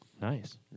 Nice